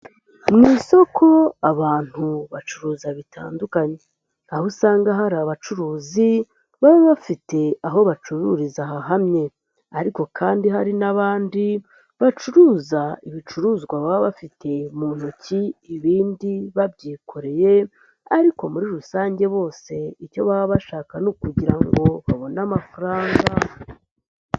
Mu isoko abantu bacuruza bitandukanye. Aho usanga hari abacuruzi baba bafite aho bacururiza hahamye. Ariko kandi hari n'abandi bacuruza ibicuruzwa baba bafite mu ntoki ibindi babyikoreye, ariko muri rusange bose icyo baba bashaka ni ukugira ngo babone amafaranga.